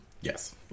Yes